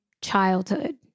childhood